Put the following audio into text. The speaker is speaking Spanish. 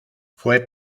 fue